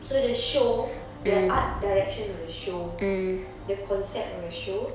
so the show the art direction of the show the concept of the show